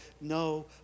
no